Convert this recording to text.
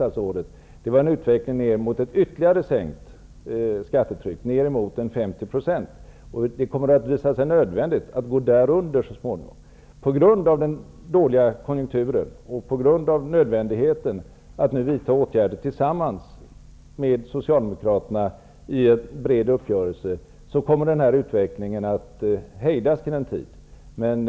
Det skedde en utveckling mot ett ytterligare sänkt skattetryck, ned mot 50 %, och det kommer att visa sig vara nödvändigt att så småningom gå därunder. På grund av den dåliga konjunkturen och nödvändigheten att nu vidta åtgärder tillsammans med Socialdemokraterna i en bred uppgörelse, kommer den här utvecklingen att hejdas en tid.